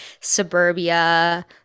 suburbia